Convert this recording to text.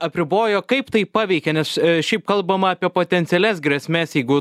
apribojo kaip tai paveikė nes šiaip kalbama apie potencialias grėsmes jeigu